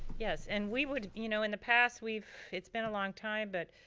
yes! and we would, you know in the past we've, it's been a long time but,